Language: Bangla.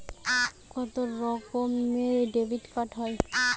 কত রকমের ডেবিটকার্ড হয়?